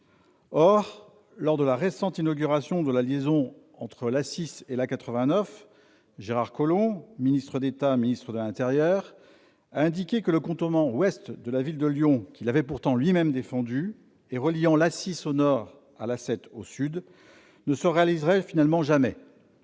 Or, lors de la récente inauguration de la liaison entre l'A 6 et l'A 89, Gérard Collomb, ministre d'État, ministre de l'intérieur, a indiqué que le contournement ouest de la ville de Lyon, qu'il avait pourtant lui-même défendu, contournement reliant l'A 6, au nord, à l'A 7, au sud, ne se réaliserait finalement jamais.